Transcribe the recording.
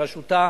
בראשותה